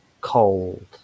cold